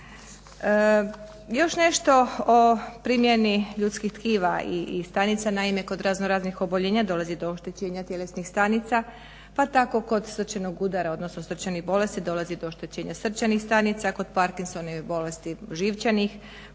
Još nešto o primjeni ljudskih tkiva i stanica. Naime kod razno raznih oboljenja dolazi do oštećenja tjelesnih stanica pa tako kod srčanog udara odnosno srčanih bolesti dolazi do oštećenja srčanih stanica, kod parkinsonove bolesti živčanih,